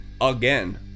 again